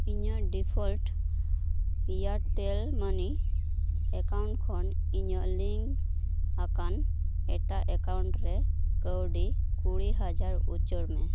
ᱤᱧᱟᱹᱜ ᱰᱤᱯᱷᱚᱰ Airtel money account ᱠᱷᱚᱱ ᱤᱧᱟᱹᱜ ᱞᱤᱝᱠ ᱟᱠᱟᱱ ᱮᱴᱟᱜ ᱮᱠᱟᱣᱩᱱᱴ ᱨᱮ ᱠᱟᱹᱣᱰᱤ ᱠᱩᱲᱤ ᱦᱟᱡᱟᱨ ᱩᱪᱟᱹᱲ ᱢᱮ